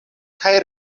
kaj